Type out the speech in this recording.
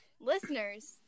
listeners